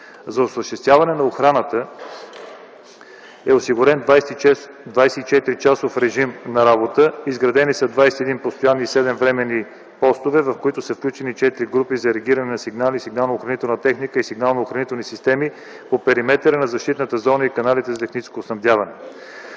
За осъществяване на охраната е осигурен 24 часов режим на работа, изградени са 21 постоянни и 7 временни поста, в които са включени 4 групи за реагиране на сигнали, сигналноохранителна техника и сигналноохранителни системи по периметъра на защитната зона и каналите за техническо снабдяване.